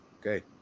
Okay